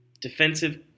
Defensive